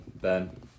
Ben